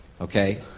Okay